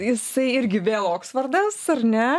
jisai irgi vėl oksfordas ar ne